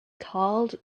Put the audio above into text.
called